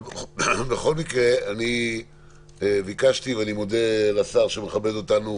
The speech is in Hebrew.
בכל מקרה, ביקשתי ואני מודה לשר שמכבד אותנו